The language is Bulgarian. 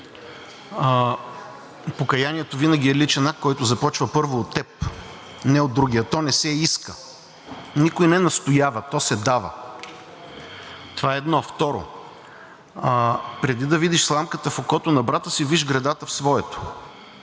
Покаянието е винаги личен акт, който започва първо от теб. Не от другия! То не се иска. Никой не настоява. То се дава. Това, едно. Второ, преди да видиш сламката в окото на брата си, виж гредата в своето.